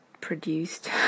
produced